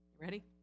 Ready